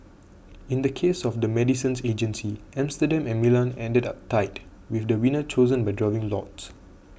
in the case of the medicines agency Amsterdam and Milan ended up tied with the winner chosen by drawing lots